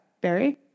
Barry